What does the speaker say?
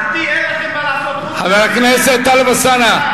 באופן שיטתי אין לכם מה לעשות חוץ מ חבר הכנסת טלב אלסאנע.